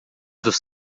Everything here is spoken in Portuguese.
dos